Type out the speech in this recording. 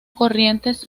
corrientes